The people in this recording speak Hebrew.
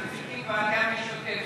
אנחנו צריכים ועדה משותפת,